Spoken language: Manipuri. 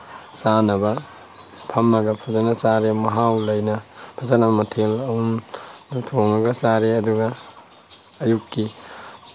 ꯆꯥꯅꯕ ꯐꯝꯃꯒ ꯐꯖꯅ ꯆꯥꯔꯦ ꯃꯍꯥꯎ ꯂꯩꯅ ꯐꯖꯅ ꯃꯊꯦꯜ ꯑꯍꯨꯝ ꯑꯗꯨ ꯊꯣꯡꯉꯒ ꯆꯥꯔꯦ ꯑꯗꯨꯒ ꯑꯌꯨꯛꯀꯤ